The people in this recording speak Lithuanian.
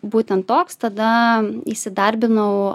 būtent toks tada įsidarbinau